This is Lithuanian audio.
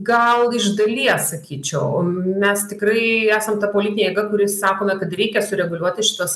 gal iš dalies sakyčiau mes tikrai esam ta politinė jėga kuri sakome kad reikia sureguliuoti šituos